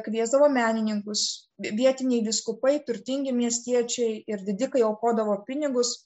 kviesdavo menininkus vietiniai vyskupai turtingi miestiečiai ir didikai aukodavo pinigus